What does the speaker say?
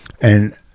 and-